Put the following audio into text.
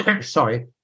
Sorry